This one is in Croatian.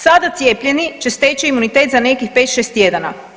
Sada cijepljeni će steći imunitet za nekih 5-6 tjedana.